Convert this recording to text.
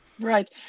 Right